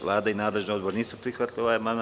Vlada i nadležni odbor nisu prihvatili ovaj amandman.